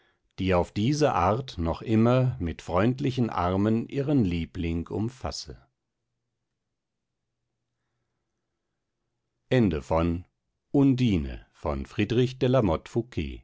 die auf diese art noch immer mit freundlichen armen ihren liebling umfasse